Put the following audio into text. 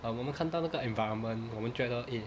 uh 我们看到那个 environment 我们觉得 eh